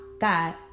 God